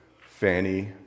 Fanny